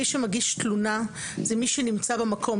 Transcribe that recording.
מי שמגיש תלונה זה מי שנמצא במקום.